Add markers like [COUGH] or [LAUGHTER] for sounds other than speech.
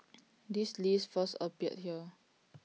[NOISE] this list first appeared here